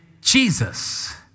Jesus